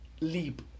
leap